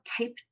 Type